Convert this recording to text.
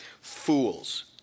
fools